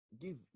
Give